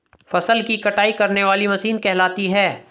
फसल की कटाई करने वाली मशीन कहलाती है?